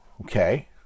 okay